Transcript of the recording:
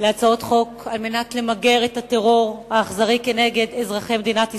להצעות החוק על מנת למגר את הטרור האכזרי נגד אזרחי מדינת ישראל.